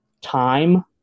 time